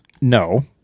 No